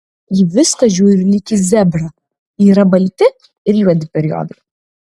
į viską žiūriu lyg į zebrą yra balti ir juodi periodai